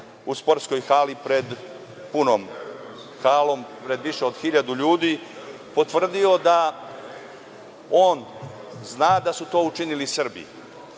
u sportskoj hali pred punom halom, pred više od hiljadu ljudi potvrdio da on zna da su to učinili Srbi. Da